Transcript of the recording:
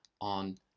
on